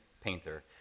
painter